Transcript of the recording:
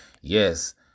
Yes